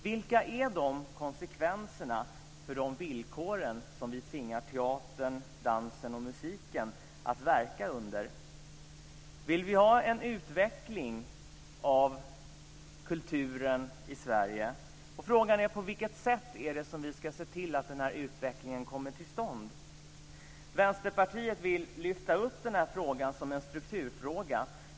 Vilka konsekvenser får de villkor som vi tvingar teatern, dansen och musiken att verka under? Vill vi ha en utveckling av kulturen i Sverige? Frågan är på vilket sätt vi ska se till att den här utvecklingen kommer till stånd. Vänsterpartiet vill lyfta upp den här frågan som en strukturfråga.